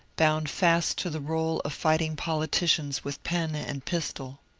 bound fast to the role of fighting politicians with pen and pistol.